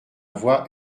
voix